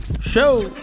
show